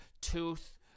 tooth